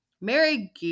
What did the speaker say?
Mary